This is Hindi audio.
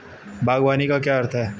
बागवानी का क्या अर्थ है?